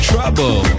Trouble